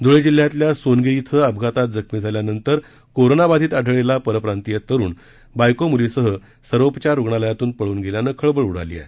धळे जिल्ह्यातल्या सोनगीर इथं अपघातात जखमी झाल्यानंतर कोरोना बाधित आढळलेला परप्रांतिय तरुण बायको मुलीसह सर्वोपचार रुग्णालयातून पळून गेल्यानं खळबळ उडाली आहे